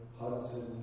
Hudson